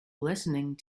listening